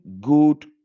good